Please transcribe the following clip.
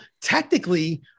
technically